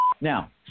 Now